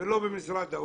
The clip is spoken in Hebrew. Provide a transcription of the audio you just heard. ולא במשרד האוצר.